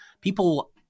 People